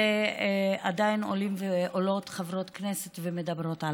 עדיין עולות חברות כנסת ומדברות עליו.